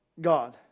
God